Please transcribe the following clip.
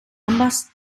ambas